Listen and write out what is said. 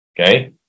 okay